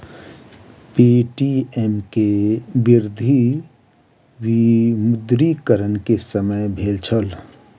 Paytm के वृद्धि विमुद्रीकरण के समय भेल छल